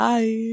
Bye